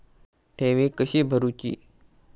ठेवी कशी भरूची?